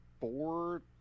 four